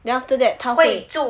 then after that 他会